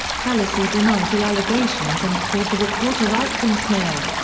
pelosi denied the allegations and called the report a right-wing smear.